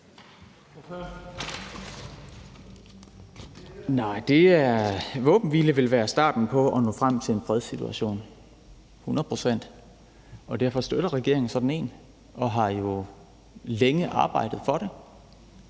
våbenhvile vil være starten på at nå frem til en fredssituation – hundrede procent – og derfor støtter regeringen sådan en og har jo længe arbejdet for det.